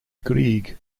grieg